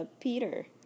Peter